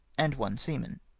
and one seaman.